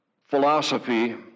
philosophy